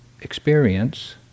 experience